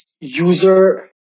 user